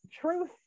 truth